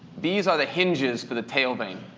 these are the hinges for the tail vane.